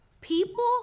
people